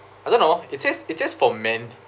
I don't know it's just it's just for men